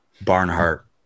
Barnhart